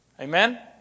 Amen